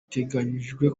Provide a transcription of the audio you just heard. biteganijwe